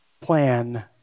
plan